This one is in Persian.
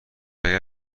اگر